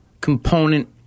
component